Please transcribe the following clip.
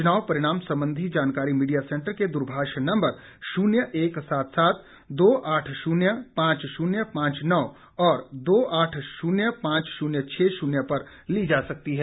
चुनाव परिणाम संबंधी जानकारी मीडिया सेंटर के दूरभाष नम्बर शून्य एक सात सात दो आठ शून्य पांच शून्य पांच नौ और दो आठ शून्य पांच शून्य छः शून्य पर ली जा सकती है